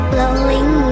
Blowing